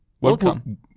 Welcome